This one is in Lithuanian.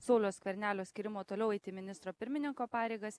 sauliaus skvernelio skyrimo toliau eiti ministro pirmininko pareigas